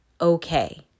okay